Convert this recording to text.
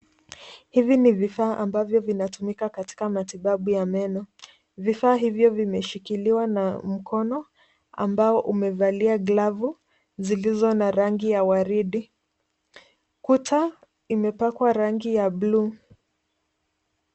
Hivi ni vifaa ambavyo vinatumika katika matibabu ya meno. Vifaa hivyo vimeshikiliwa na mkono ambao umevalia glavu zilizo na rangi ya waridi. Kuta imepakwa rangi ya buluu.